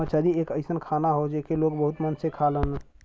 मछरी एक अइसन खाना हौ जेके लोग बहुत मन से खालन